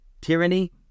Tyranny